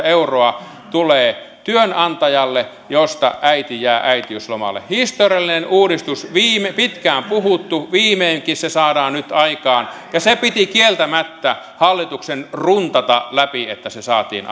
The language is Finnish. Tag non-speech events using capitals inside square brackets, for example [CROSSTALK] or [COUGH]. [UNINTELLIGIBLE] euroa tulee työnantajalle josta äiti jää äitiyslomalle historiallinen uudistus pitkään puhuttu viimeinkin se saadaan nyt aikaan ja se piti kieltämättä hallituksen runtata läpi että se saatiin [UNINTELLIGIBLE]